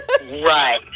Right